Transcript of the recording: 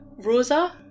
Rosa